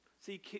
See